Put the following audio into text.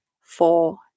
four